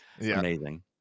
Amazing